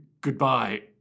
Goodbye